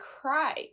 cried